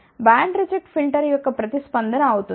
band reject filter యొక్క ప్రతిస్పందన అవుతుంది